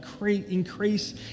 increase